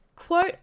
quote